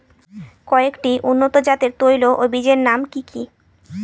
কয়েকটি উন্নত জাতের তৈল ও বীজের নাম কি কি?